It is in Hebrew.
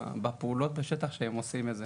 בפעולות בשטח שהם עושים את זה.